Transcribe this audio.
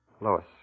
Lois